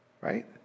right